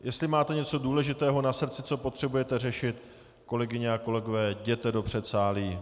Jestli máte něco důležitého na srdci, co potřebujete řešit, kolegyně a kolegové, jděte do předsálí.